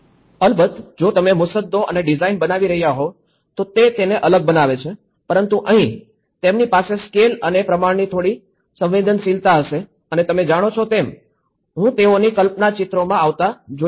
અલબત્ત જો તમે મુસદ્દો અને ડિઝાઇન બનાવી રહ્યા હોવ તો તે તેને અલગ બનાવે છે પરંતુ અહીં તેમની પાસે સ્કેલ અને પ્રમાણની થોડી સંવેદનશીલતા હશે અને તમે જાણો છો તેમ હું તેઓની કલ્પના ચિત્રોમાં આવતા જોઈ શકું છું